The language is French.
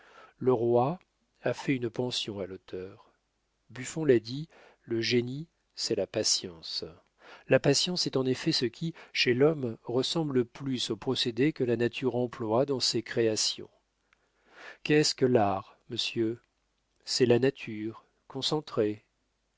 le roi a fait une pension à l'auteur buffon l'a dit le génie c'est la patience la patience est en effet ce qui chez l'homme ressemble le plus au procédé que la nature emploie dans ses créations qu'est-ce que l'art monsieur c'est la nature